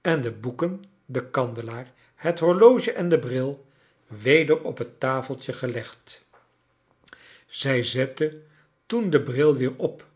en de boeken de kandelaar het horioge en de brii weder op het tafeltje gelegd zij zette toen den bril weer op